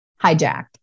hijacked